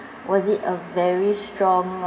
was it a very strong